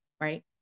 Right